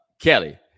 Kelly